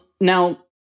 Now